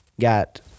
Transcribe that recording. got –